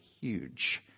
huge